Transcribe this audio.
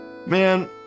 Man